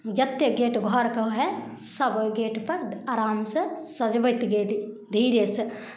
जतेक गेट घरके होइ हइ सभ ओहि गेटपर आरामसँ सजबैत गेली धीरेसँ